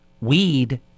weed